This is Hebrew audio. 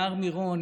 להר מירון,